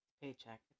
paycheck